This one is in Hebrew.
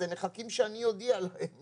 הם מחכים שאני אודיע להם